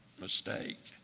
mistake